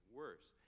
worse